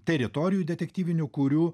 teritorijų detektyvinių kurių